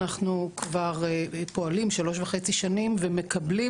אנחנו כבר פועלים שלוש וחצי שנים ומקבלים